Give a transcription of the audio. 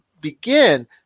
begin